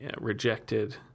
rejected